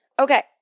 Okay